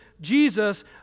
Jesus